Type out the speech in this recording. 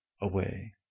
away